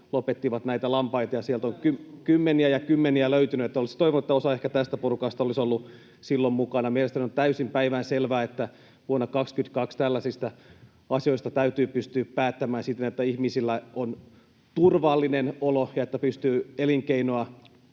Todella surullista!] Sieltä on kymmeniä ja kymmeniä löytynyt. Olisi ehkä toivonut, että osa tästä porukasta olisi ollut silloin mukana. Mielestäni on täysin päivänselvää, että vuonna 22 tällaisista asioista täytyy pystyä päättämään siten, että ihmisillä on turvallinen olo ja että pystyy elinkeinoa